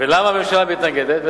ולמה הממשלה מתנגדת?